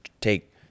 take